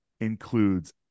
includes